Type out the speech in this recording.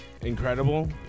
incredible